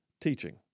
teaching